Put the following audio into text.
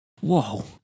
Whoa